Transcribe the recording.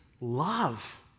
love